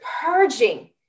purging